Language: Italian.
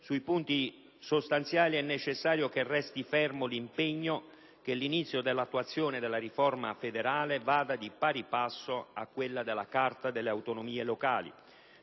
Sui punti sostanziali è necessario resti fermo l'impegno che l'inizio dell'attuazione della riforma federale vada di pari passo a quella della Carta delle autonomie locali,